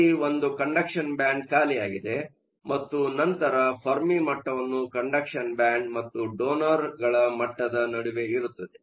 ಇಲ್ಲಿ ಒಂದು conduction band ಖಾಲಿಯಾಗಿದೆ ಮತ್ತು ನಂತರ ಫೆರ್ಮಿ ಮಟ್ಟವನ್ನು ಕಂಡಕ್ಷನ್ ಬ್ಯಾಂಡ್ ಮತ್ತು ಡೊನರ್ಗಳ ಮಟ್ಟದ ನಡುವೆ ಇರುತ್ತವೆ